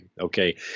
Okay